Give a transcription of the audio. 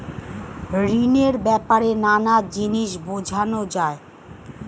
ঋণের ব্যাপারে নানা জিনিস বোঝানো যায়